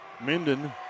Minden